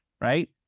Right